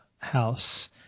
house